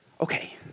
Okay